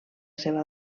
seva